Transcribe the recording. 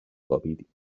خوابیدیم